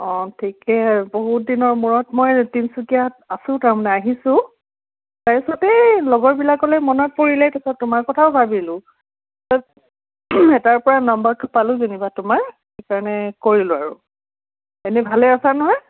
অঁ ঠিকে আৰু বহুত দিনৰ মূৰত মই তিনিচুকীয়াত আছোঁ তাৰমানে আহিছোঁ তাৰপিছত এই লগৰবিলাকলৈ মনত পৰিলে তাৰপিছত তোমাৰ কথাও ভাবিলোঁ তাৰপিছত এটাৰ পৰা নম্বৰটো পালোঁ যেনিবা তোমাৰ সেইকাৰণে কৰিলোঁ আৰু এনেই ভালেই আছা নহয়